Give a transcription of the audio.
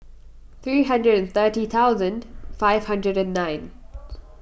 three hundred and thirty thousand five hundred and nine